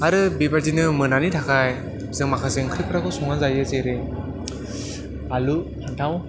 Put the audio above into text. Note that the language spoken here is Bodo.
आरो बेबायदिनो मोनानि थाखाय जों माखासे ओंख्रिफ्राखौ संनानै जायो जेरै आलु फान्थाव